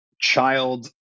child